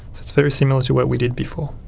it's very similar to what we did before.